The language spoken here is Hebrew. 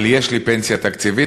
אבל יש לי פנסיה תקציבית.